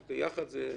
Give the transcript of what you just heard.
ביחד זה שנה,